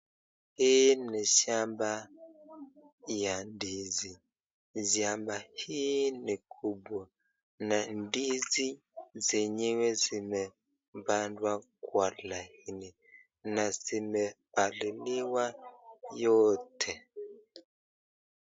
Hii ni shamba ya ndizi, shamba hii ni kubwa na ndizi zenyewe zimepandwa kwa laini na zimepaliliwa yote.